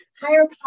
Higher